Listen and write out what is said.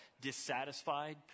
dissatisfied